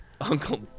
Uncle